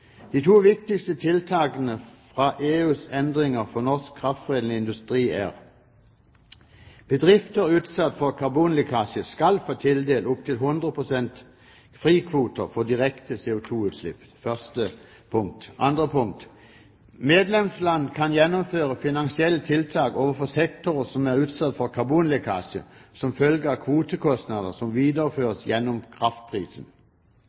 De to viktigste tiltakene fra EUs endringer for norsk kraftforedlende industri er: Bedrifter utsatt for karbonlekkasje skal få tildelt opp til 100 pst. frikvoter for direkte CO2-utslipp. Medlemsland kan gjennomføre finansielle tiltak overfor sektorer som er utsatt for karbonlekkasje som følge av kvotekostnader som videreføres gjennom kraftprisen.